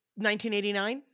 1989